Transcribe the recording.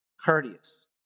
courteous